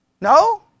No